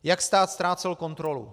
Jak stát ztrácel kontrolu?